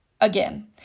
again